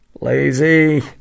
Lazy